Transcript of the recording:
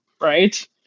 right